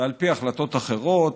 ועל פי החלטות אחרות,